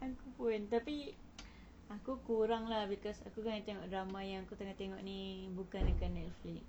aku pun tapi aku kurang lah because aku kan tengok drama yang aku tengah tengok ni bukan dekat netflix